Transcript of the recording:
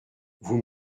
vous